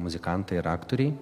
muzikantai ir aktoriai